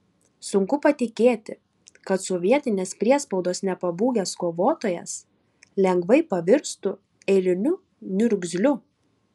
sunku patikėti kad sovietinės priespaudos nepabūgęs kovotojas lengvai pavirstų eiliniu niurgzliu